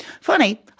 Funny